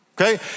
okay